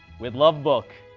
with lovebook.